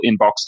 Inbox